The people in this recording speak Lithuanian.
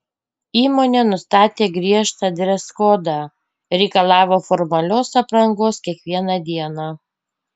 įmonė nustatė griežtą dreskodą reikalavo formalios aprangos kiekvieną dieną